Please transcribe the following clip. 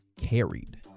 carried